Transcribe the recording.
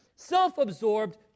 self-absorbed